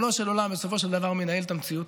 בסופו של דבר מנהל את המציאות.